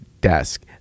desk